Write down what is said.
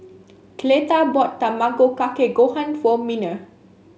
Cleta bought Tamago Kake Gohan for Miner